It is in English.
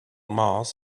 mars